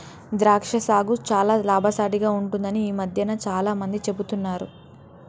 ద్రాక్ష సాగు చాల లాభసాటిగ ఉంటుందని ఈ మధ్యన చాల మంది చెపుతున్నారు